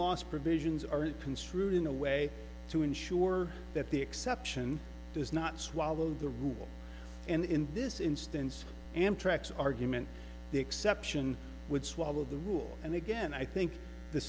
lost provisions are construed in a way to ensure that the exception does not swallow the rule and in this instance amtrak's argument the exception would swallow the rule and again i think the